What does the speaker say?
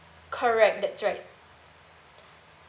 correct that's right